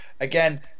Again